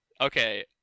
okay